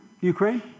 Ukraine